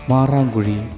Maranguri